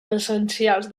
essencials